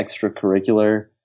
extracurricular